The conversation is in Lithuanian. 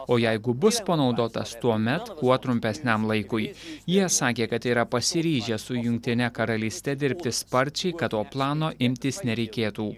o jeigu bus panaudotas tuomet kuo trumpesniam laikui jie sakė kad yra pasiryžę su jungtine karalyste dirbti sparčiai kad to plano imtis nereikėtų